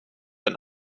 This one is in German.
ein